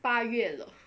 八月了